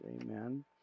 Amen